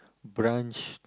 branch